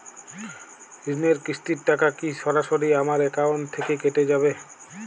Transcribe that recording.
ঋণের কিস্তির টাকা কি সরাসরি আমার অ্যাকাউন্ট থেকে কেটে যাবে?